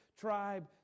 tribe